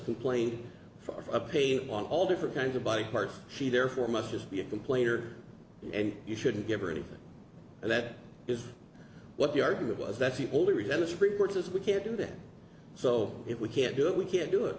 complained of pain want all different kinds of body parts she therefore must just be a complainer and you shouldn't give her anything and that is what the argument was that's the only reason the supreme court says we can't do that so if we can't do it we can't do it